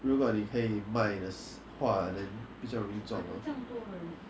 如果你可以卖的话 then 比较容易赚